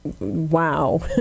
wow